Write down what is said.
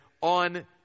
on